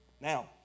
now